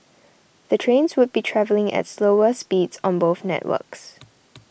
the trains would be travelling at slower speeds on both networks